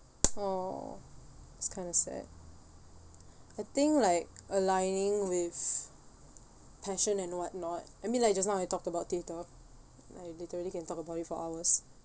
!aww! it's kind of sad I think like aligning with passion and whatnot I mean like just now you talked about theatre like you literally can talk about it for hours